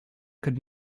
could